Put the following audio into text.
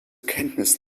kenntnis